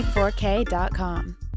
4k.com